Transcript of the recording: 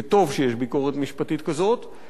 וטוב שיש ביקורת משפטית כזאת,